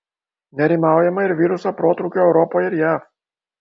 nerimaujama ir viruso protrūkio europoje ir jav